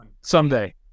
Someday